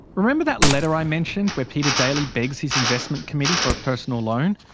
remember that letter i mentioned where peter daly begs his investment committee for a personal loan?